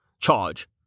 Charge